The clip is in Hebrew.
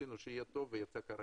רצינו שיצא טוב ויצא כרגיל.